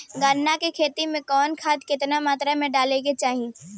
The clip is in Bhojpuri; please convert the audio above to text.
गन्ना के खेती में कवन खाद केतना मात्रा में डाले के चाही?